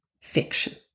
fiction